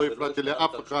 לא הפרעתי לאף אחד.